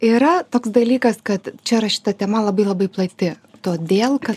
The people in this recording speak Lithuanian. yra toks dalykas kad čia rašyta tema labai labai plati todėl kad